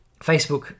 Facebook